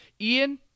Ian